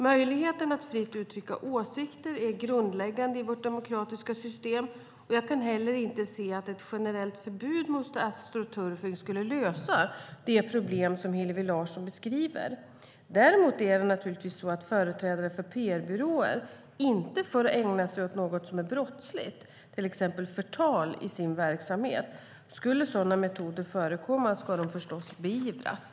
Möjligheten att fritt uttrycka åsikter är grundläggande i vårt demokratiska system, och jag kan heller inte se att ett generellt förbud mot astroturfing skulle lösa det problem som Hillevi Larsson beskriver. Däremot är det naturligtvis så att företrädare för PR-byråer inte får ägna sig åt något som är brottsligt, till exempel förtal, i sin verksamhet. Skulle sådana metoder förekomma ska de förstås beivras.